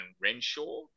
Renshaw